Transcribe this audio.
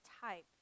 type